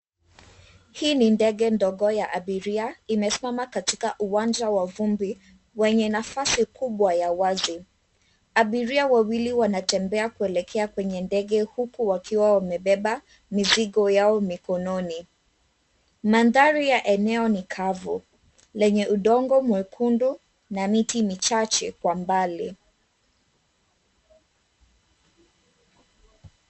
Hii ni ndege ndogo ya abiria. Imesimama katika uwanja wa vumbi wenye nafasi kubwa ya wazi. Abiria wawili wanatembea kuelekea kwenye ndege huku wakiwa wamebeba mizigo yao mikononi. Mandhari ya eneo ni kavu lenye udongo mwekundu na miti michache kwa mbali.